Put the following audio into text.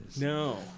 No